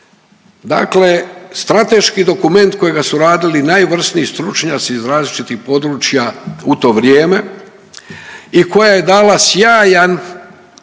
dakle strateški dokument kojega su radili najvrsniji stručnjaci iz različitih područja u to vrijeme i koja je dala sjajan